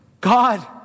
God